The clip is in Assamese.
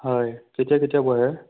হয় কেতিয়া কেতিয়া বহে